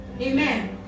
Amen